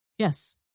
Yes